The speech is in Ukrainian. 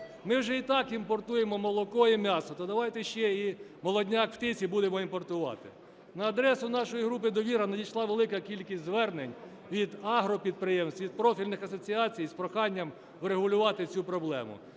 Ми вже й так імпортуємо молоко і м'ясо, то давайте ще і молодняк птиці будемо імпортувати. На адресу нашої групи "Довіра" надійшла велика кількість звернень від агропідприємств, від профільних асоціацій з проханням врегулювати цю проблему.